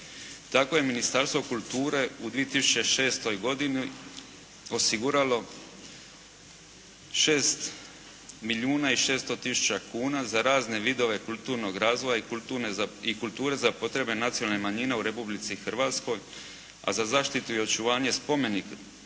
Tako je Ministarstvo kulture u 2006. godini osiguralo 6 milijuna i 600 tisuća kuna za razne vidove kulturnog razvoja i kulture za potrebe nacionalne manjine u Republici Hrvatskoj, a za zaštitu i očuvanje spomenika